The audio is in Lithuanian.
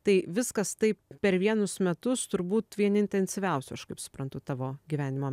tai viskas taip per vienus metus turbūt vieni intensyviausių aš kaip suprantu tavo gyvenimo